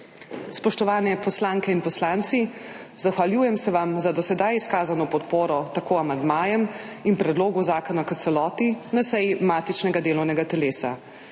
Spoštovani poslanke in poslanci, zahvaljujem se vam za do sedaj izkazano podporo amandmajem in predlogu zakona kot celoti na seji matičnega delovnega telesa.